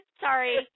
Sorry